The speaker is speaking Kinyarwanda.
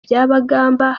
byabagamba